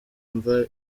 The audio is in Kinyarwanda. mva